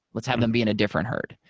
let's have them be in a different herd.